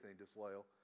disloyal